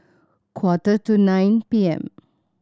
quarter to nine P M